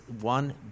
one